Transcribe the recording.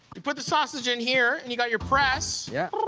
you put the sausage in here and you got your press. yeah